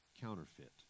counterfeit